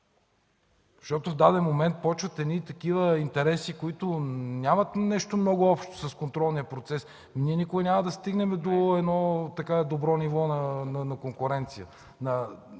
защото в даден момент започват едни такива интереси, които нямат нещо много общо с контролния процес. Ние никога няма да стигнем до едно добро ниво на конкуренция. Да